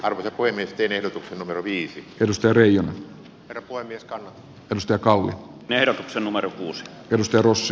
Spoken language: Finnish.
arkoja kuin yhteydenotot viisi reijo repo ylivieska pystyä kauhun erotuksena markus mestaruus